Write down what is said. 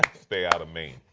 stay out of maine.